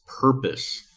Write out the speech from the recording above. purpose